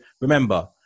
remember